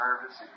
service